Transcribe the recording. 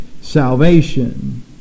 salvation